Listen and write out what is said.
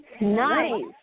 Nice